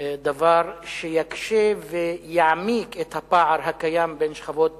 דבר שיקשה ויעמיק את הפער הקיים בין שכבות